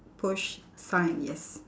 push sign yes